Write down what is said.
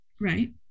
right